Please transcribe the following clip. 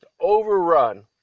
overrun